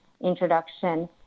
introduction